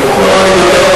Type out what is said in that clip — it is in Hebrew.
שהערת.